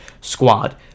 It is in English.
squad